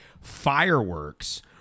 Fireworks